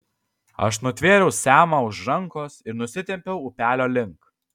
aš nutvėriau semą už rankos ir nusitempiau upelio link